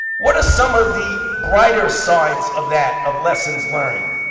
what are some of the brighter sides of that, of lessons learned?